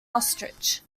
ostrich